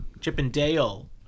Chippendale